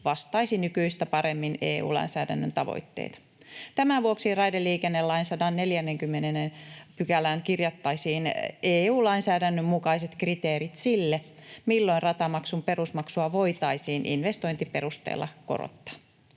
vastaisi nykyistä paremmin EU-lainsäädännön tavoitteita. Tämän vuoksi raideliikennelain 140 §:ään kirjattaisiin EU-lainsäädännön mukaiset kriteerit sille, milloin ratamaksun perusmaksua voitaisiin investointiperusteella korottaa.